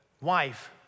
wife